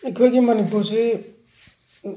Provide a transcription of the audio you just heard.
ꯑꯩꯈꯣꯏꯒꯤ ꯃꯅꯤꯄꯨꯔꯁꯤ